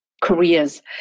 careers